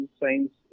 science